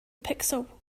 pixel